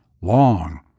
long